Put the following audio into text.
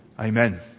Amen